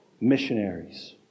missionaries